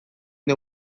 dio